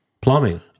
Plumbing